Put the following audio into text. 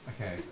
Okay